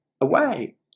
away